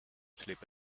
sleep